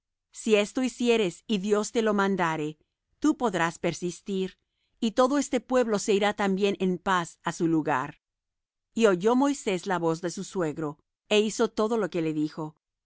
si esto hicieres y dios te lo mandare tú podrás persistir y todo este pueblo se irá también en paz á su lugar y oyó moisés la voz de su suegro é hizo todo lo que dijo